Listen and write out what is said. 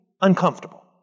uncomfortable